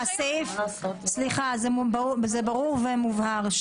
זה ברור ומובהר.